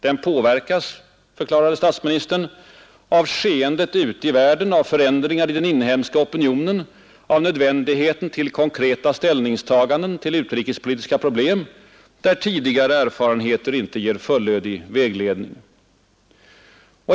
Den påverkas — förklarade statsministern — ”av skeendet ute i världen, av förändringar i den inhemska opinionen, av nödvändigheten till konkreta ställningstaganden till utrikespolitiska problem, där tidigare erfarenheter inte kan ge fullödig vägledning”.